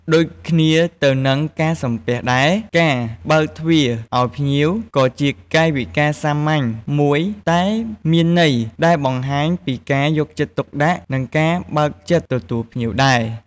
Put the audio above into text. ដូចគ្នាទៅនឹងការសំពះដែរ ការបើកទ្វារឲ្យភ្ញៀវ ក៏ជាកាយវិការសាមញ្ញមួយតែមានន័យ ដែលបង្ហាញពីការយកចិត្តទុកដាក់ និងការបើកចិត្តទទួលភ្ញៀវដែរ។